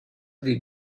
they